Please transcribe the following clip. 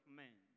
men